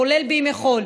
כולל ימי חול,